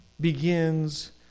begins